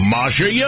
Masha